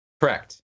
correct